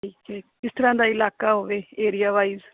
ਕਿਸ ਤਰ੍ਹਾਂ ਦਾ ਇਲਾਕਾ ਹੋਵੇ ਏਰੀਆ ਵਾਈਜ਼